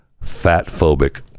fat-phobic